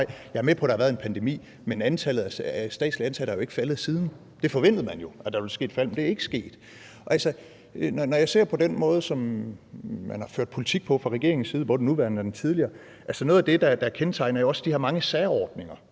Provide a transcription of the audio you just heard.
Jeg er med på, at der har været en pandemi, men antallet af statsligt ansatte er jo ikke faldet siden. Man forventede jo, at der ville ske et fald, men det er ikke sket. Når jeg ser på den måde, som man har ført politik på fra regeringens side, både den nuværende og den tidligere, så er noget af det, der er kendetegnende, de her mange særordninger,